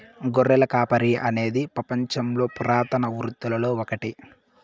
గొర్రెల కాపరి అనేది పపంచంలోని పురాతన వృత్తులలో ఒకటి